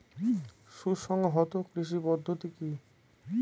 সুসংহত কৃষি পদ্ধতি কি?